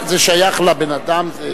זה שייך לבן-אדם.